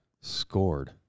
Scored